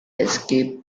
escaped